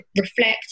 reflect